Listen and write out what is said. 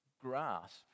grasp